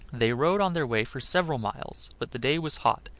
they rode on their way for several miles, but the day was hot,